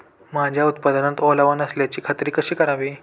माझ्या उत्पादनात ओलावा नसल्याची खात्री कशी करावी?